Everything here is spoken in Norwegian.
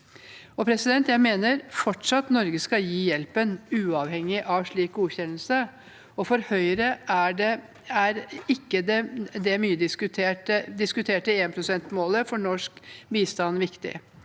ODA-godkjennes fortsatt at Norge skal gi hjelpen, uavhengig av slik godkjennelse, og for Høyre er ikke det mye diskuterte 1-prosentmålet for norsk bistand viktig.